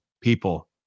people